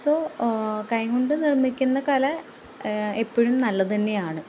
so കൈകൊണ്ട് നിർമ്മിക്കുന്ന കല എപ്പോഴും നല്ലതു തന്നെയാണ്